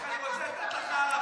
אני רוצה לתת לך הארכה.